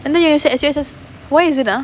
and then you say S_U_S_S where is it ah